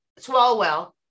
Swalwell